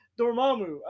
Dormammu